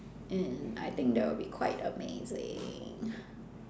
and I think that will be quite amazing